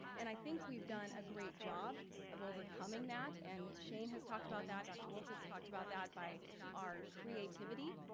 and i think we've done a great job of overcoming that and shane has talked about that, dr. wolff has talked about that by our creativity.